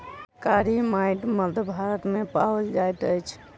कारी माइट मध्य भारत मे पाओल जाइत अछि